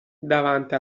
davanti